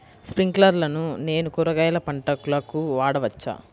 స్ప్రింక్లర్లను నేను కూరగాయల పంటలకు వాడవచ్చా?